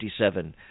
1957